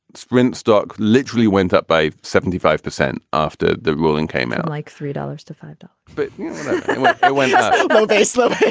sprint stock literally went up by seventy five percent after the ruling came out like three dollars to fund but i went very slow